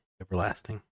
everlasting